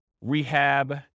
rehab